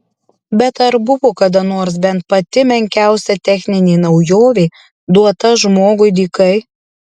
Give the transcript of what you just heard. bet ar buvo kada nors bent pati menkiausia techninė naujovė duota žmogui dykai